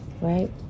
right